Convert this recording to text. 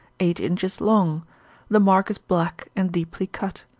eight inches long the mark is black and deeply cut.